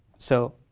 so,